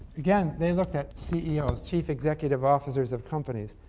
again, they looked at ceos, chief executive officers of companies,